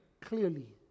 clearly